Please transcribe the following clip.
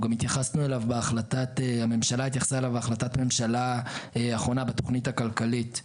הממשלה התייחסה אליו בהחלטת ממשלה אחרונה בתכנית הכלכלית,